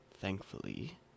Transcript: thankfully